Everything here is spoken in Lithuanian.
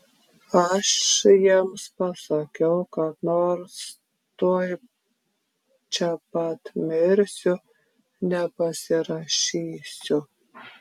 aš jiems pasakiau kad nors tuoj čia pat mirsiu nepasirašysiu